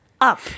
up